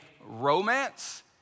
romance